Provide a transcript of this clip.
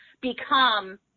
become